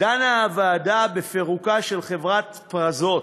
דנה הוועדה בפירוקה של חברת "פרזות",